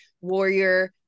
warrior